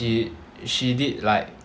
she she did like